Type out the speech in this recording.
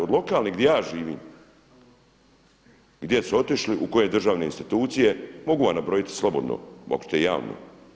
Od lokalnih gdje ja živim, gdje su otišli, u koje državne institucije mogu vam nabrojiti slobodno, mogli ste i javno.